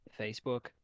Facebook